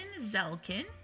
Zelkin